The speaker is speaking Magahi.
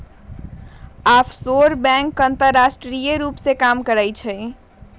आफशोर बैंक अंतरराष्ट्रीय रूप से काम करइ छइ